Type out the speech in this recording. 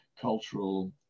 cultural